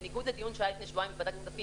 בניגוד לדיון שהיה לפני שבועיים בוועדת כספים